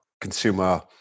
consumer